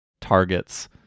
targets